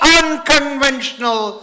unconventional